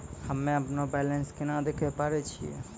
हम्मे अपनो बैलेंस केना देखे पारे छियै?